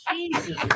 Jesus